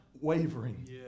wavering